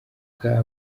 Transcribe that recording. bwa